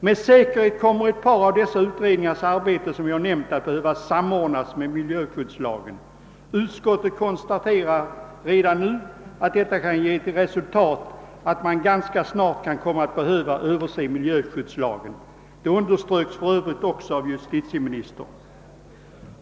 Med säkerhet kommer ett par av dessa utredningars arbete som jag nämnt att behöva samordnas med miljöskyddslagen. Utskottet konstaterar redan nu att detta kan ge till resultat att man ganska snart behöver överse miljöskyddslagen. Detta underströks för övrigt av justitieministern.